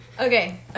Okay